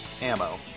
ammo